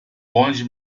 onde